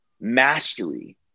mastery